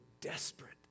desperate